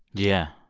yeah.